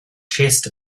chest